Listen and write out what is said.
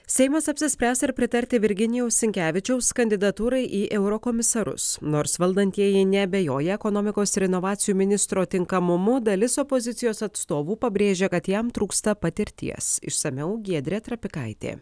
seimas apsispręs ar pritarti virginijaus sinkevičiaus kandidatūrai į eurokomisarus nors valdantieji neabejoja ekonomikos ir inovacijų ministro tinkamumu dalis opozicijos atstovų pabrėžia kad jam trūksta patirties išsamiau giedrė trapikaitė